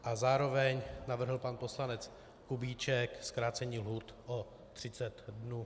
A zároveň navrhl pan poslanec Kubíček zkrácení lhůt o třicet dnů.